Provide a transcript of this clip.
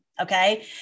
okay